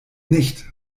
nicht